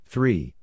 Three